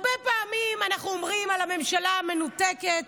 הרבה פעמים אנחנו אומרים על הממשלה המנותקת: